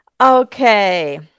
okay